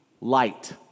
light